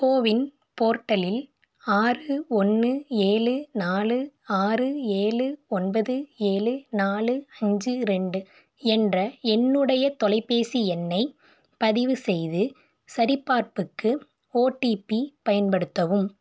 CoWIN போர்ட்டலில் ஆறு ஒன்று ஏழு நாலு ஆறு ஏழு ஒன்பது ஏழு நாலு அஞ்சு ரெண்டு என்ற என்னுடைய தொலைப்பேசி எண்ணை பதிவு செய்து சரிபார்ப்புக்கு ஓடிபி பயன்படுத்தவும்